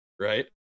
right